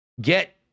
Get